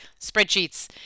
spreadsheets